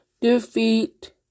Defeat